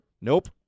Nope